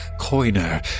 Coiner